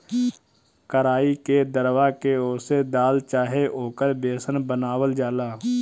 कराई के दरवा के ओसे दाल चाहे ओकर बेसन बनावल जाला